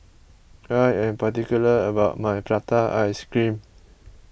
I am particular about my Prata Ice Cream